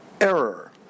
error